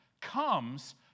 comes